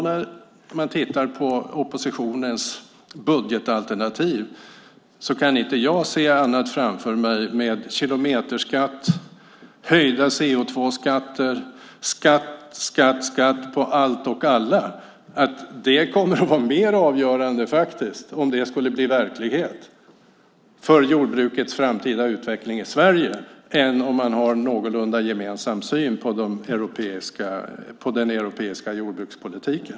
När jag tittar på oppositionens budgetalternativ kan jag inte se annat framför mig än kilometerskatt, höjda CO2-skatter, skatt på allt och alla. Det kommer att vara mer avgörande, om det skulle bli verklighet, för jordbrukets framtida utveckling i Sverige än om man har en någorlunda gemensam syn på den europeiska jordbrukspolitiken.